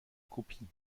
kopie